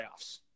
playoffs